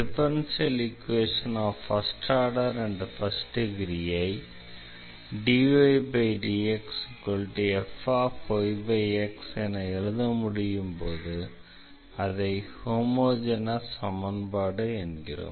first order மற்றும் first degree differential ஈக்வேஷனை dydxfyx என எழுத முடியும் போது அதை ஹோமோஜெனஸ் சமன்பாடு என்கிறோம்